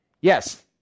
Yes